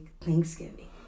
Thanksgiving